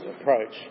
approach